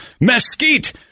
mesquite